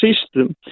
system